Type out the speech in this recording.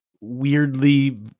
weirdly